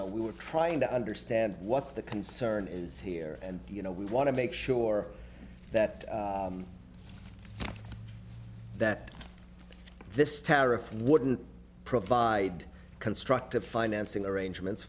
know we were trying to understand what the concern is here and you know we want to make sure that that this tariff wouldn't provide constructive financing arrangements